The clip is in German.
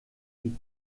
die